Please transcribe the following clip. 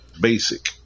Basic